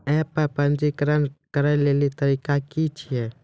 App पर पंजीकरण करै लेली तरीका की छियै?